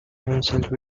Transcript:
himself